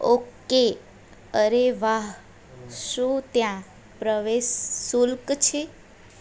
okay અરે વાહ શું ત્યાં પ્રવેશ શુલ્ક છે